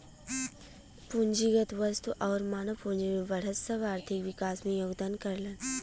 पूंजीगत वस्तु आउर मानव पूंजी में बढ़त सब आर्थिक विकास में योगदान करलन